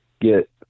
get